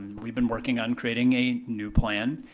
we've been working on creating a new plan.